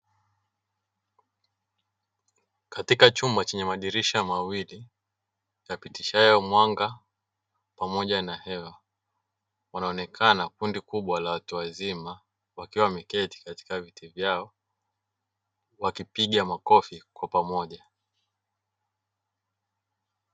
Katika chumba chenye madirisha mawili yapitishayo mwanga pamoja na hewa wanaonekana kundi kubwa la watu wazima wakiwa miketi katika viti vyao wakipiga makofi kwa pamoja.